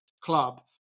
club